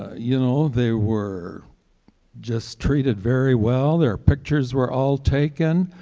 ah you know, they were just treated very well. their pictures were all taken.